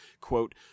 quote